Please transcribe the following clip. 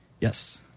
Yes